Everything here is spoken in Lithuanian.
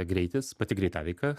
greitis pati greitaveika